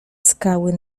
skały